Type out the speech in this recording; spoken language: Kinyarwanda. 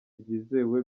byizewe